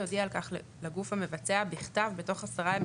יודיע על כך לגוף המבצע בכתב בתוך 10 ימים